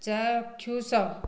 ଚାକ୍ଷୁଷ